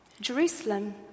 Jerusalem